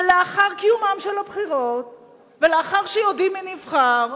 ולאחר קיומן של הבחירות ולאחר שיודעים מי נבחר,